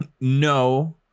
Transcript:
No